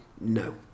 No